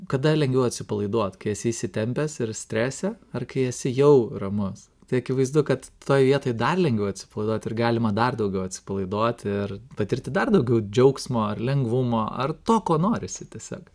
kada lengviau atsipalaiduot kai esi įsitempęs ir strese ar kai esi jau ramus tai akivaizdu kad toj vietoj dar lengviau atsipalaiduot ir galima dar daugiau atsipalaiduot ir patirti dar daugiau džiaugsmo ar lengvumo ar to ko norisi tiesiog